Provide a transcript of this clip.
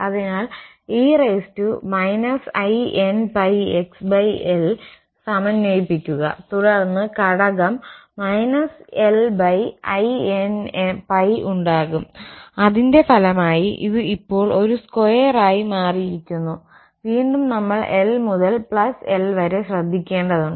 അതിനാൽ e inπxl സമന്വയിപ്പിക്കുക തുടർന്ന് ഘടകം -linπ ഉണ്ടാകും അതിന്റെ ഫലമായി ഇത് ഇപ്പോൾ ഒരു സ്ക്വയർ ആയി മാറിയിരിക്കുന്നു വീണ്ടും നമ്മൾ l മുതൽ പ്ലസ് l വരെ ശ്രദ്ധിക്കേണ്ടതുണ്ട്